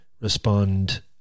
respond